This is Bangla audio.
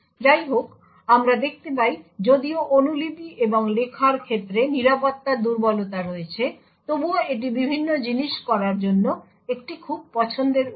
যাইহোক আমরা দেখতে পাই যদিও অনুলিপি এবং লেখার ক্ষেত্রে নিরাপত্তার দুর্বলতা রয়েছে তবুও এটি বিভিন্ন জিনিস করার জন্য একটি খুব পছন্দের উপায়